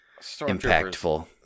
impactful